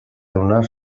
donar